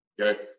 Okay